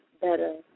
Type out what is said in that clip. better